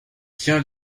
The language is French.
tient